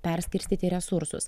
perskirstyti resursus